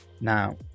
now